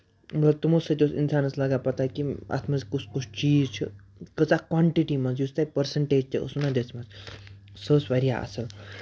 یِمو تِمو سۭتۍ اوس اِنسانَس لگان پَتاہ کہِ اَتھ منٛز کُس کُس چیٖز چھُ کۭژاہ کونٹِٹی منٛز یُس تۄہہِ پٔرسَنٹیج تہِ ٲسوٕ نا دِژمٕژ سۄ ٲسۍ واریاہ اَصٕل